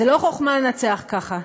זו לא חוכמה לנצח ככה,